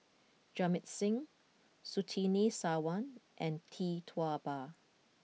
Jamit Singh Surtini Sarwan and Tee Tua Ba